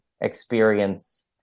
experience